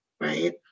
right